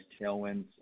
tailwinds